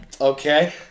Okay